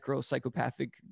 Psychopathic